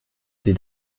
sie